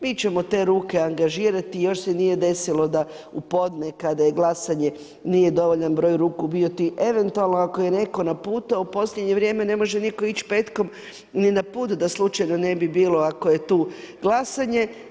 Mi ćemo te ruke angažirati i još se nije desilo da u podne, kada je glasanje nije dovoljan broj ruku bio, eventualno ako je netko na putu, a u posljednje vrijeme ne može nitko ići petkom ni na put da slučajno ne bi bilo, ako je tu glasanje.